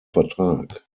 vertrag